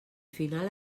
final